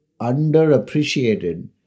underappreciated